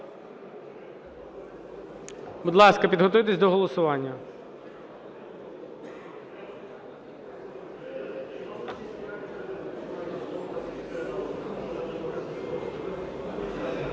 Будь ласка, підготуйтесь до голосування.